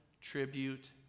tribute